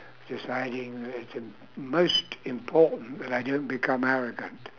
deciding that it's im~ most important that I don't become arrogant